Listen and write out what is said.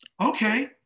Okay